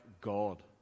God